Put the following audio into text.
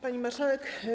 Pani Marszałek!